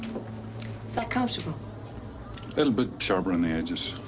so that comfortable? a little bit sharper on the edges.